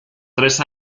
tres